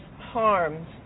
harms